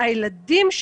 הילדים,